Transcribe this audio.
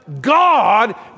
God